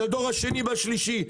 את הדור השני והשלישי.